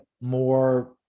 more